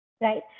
right